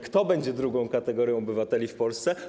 Kto będzie drugą kategorią obywateli w Polsce?